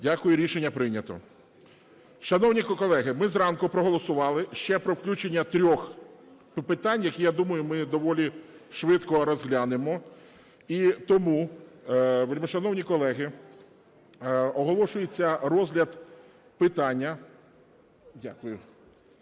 Дякую. Рішення прийнято. Шановні колеги, ми зранку проголосували ще про включення трьох питань, які, я думаю, ми доволі швидко розглянемо. І тому, вельмишановні колеги, оголошується розгляд питання... Дякую.